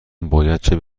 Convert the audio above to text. باید